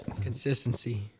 consistency